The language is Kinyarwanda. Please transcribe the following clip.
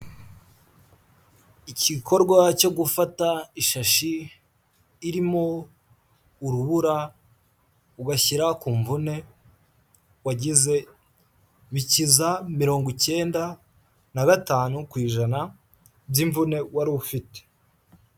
Igikorwa cyo gufata ishashi irimo urubura ugashyira ku mvune wagize bikiza mirongo icyenda na gatanu ku ijana by'imvune wari ufite.